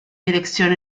dirección